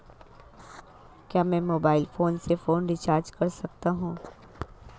क्या मैं mobile phone से फोन रिचार्ज कर सकता हूं?